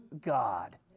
God